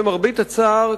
למרבה הצער,